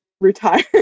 retire